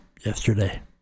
yesterday